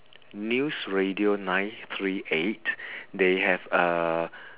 news radio nine three eight they have uh